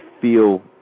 feel